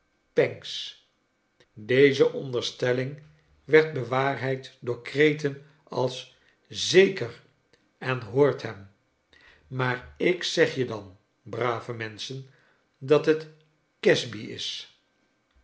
pancks deze onderstelling werd bewaarheid door kreten als zeker en hoort hem maar ik zeg je dan brave menschen dat het casby is